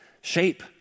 Shape